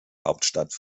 hauptstadt